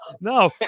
No